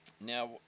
Now